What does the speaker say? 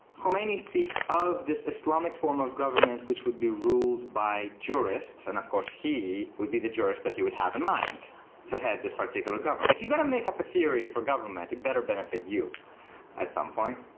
khomeini speaks of this islamic form of government which would be ruled by jurists. and of course he would be the jurist that he would have in mind to head this particular government. if you're going to make up a theory for government, it better benefit you at some point.